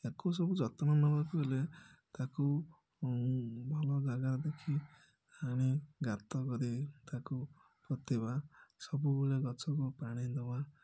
ତାକୁ ସବୁ ଯତ୍ନ ନେବାକୁ ହେଲେ ତାକୁ ଭଲ ଜାଗା ଦେଖି ଆଣି ଗାତକରି ତାକୁ ପୋତିବା ସବୁବେଳେ ଗଛକୁ ପାଣି ଦେବା